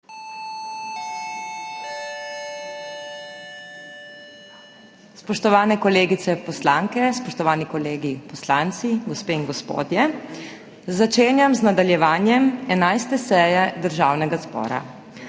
Spoštovane kolegice poslanke, spoštovani kolegi poslanci, gospe in gospodje! Začenjam nadaljevanje 11. seje Državnega zbora.